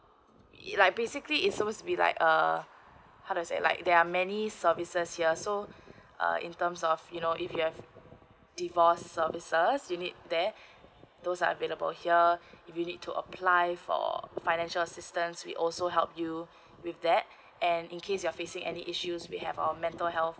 like basically it's supposed to be like uh how to say like there are many services here so uh in terms of you know if you have divorce services you need there those are available here if you need to apply for financial assistance we also help you with that and in case you're facing any issues we have a mental health